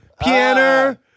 Pianer